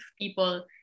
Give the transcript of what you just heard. people